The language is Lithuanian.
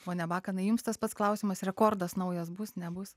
pone bakanai jums tas pats klausimas rekordas naujas bus nebus